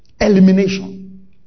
Elimination